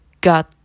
got